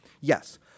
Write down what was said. Yes